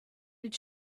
did